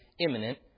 imminent